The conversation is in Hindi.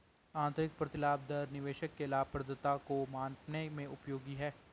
आंतरिक प्रतिलाभ दर निवेशक के लाभप्रदता को मापने में उपयोगी है